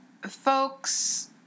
folks